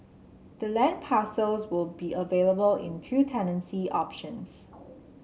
the land parcels will be available in two tenancy options